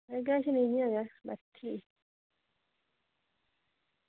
ह् किश निं इंया बैठी दी